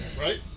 right